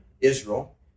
Israel